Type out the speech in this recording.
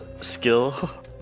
skill